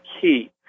key